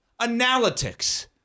Analytics